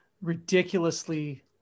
Ridiculously